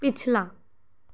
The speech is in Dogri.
पिछला